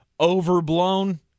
overblown